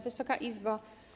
Wysoka Izbo!